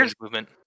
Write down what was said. movement